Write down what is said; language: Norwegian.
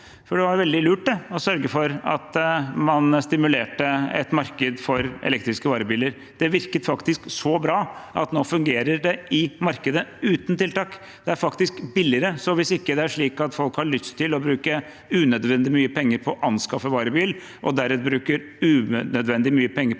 det var veldig lurt å sørge for at man stimulerte et marked for elektriske varebiler. Det virket faktisk så bra at det nå fungerer i markedet uten tiltak. Det er faktisk billigere, så hvis det ikke er slik at folk har lyst til å bruke unødvendig mye penger på å anskaffe en varebil, og deretter bruke unødvendig mye penger på